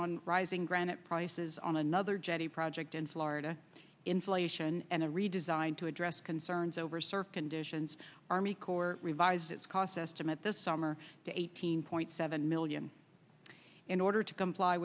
on rising granite prices on another jetty project in florida insulation and a redesign to address concerns over surf conditions army corps revised its cost estimate this summer to eighteen point seven million in order to comply